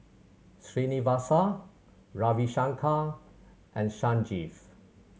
Srinivasa Ravi Shankar and Sanjeev